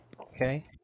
Okay